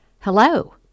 Hello